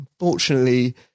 Unfortunately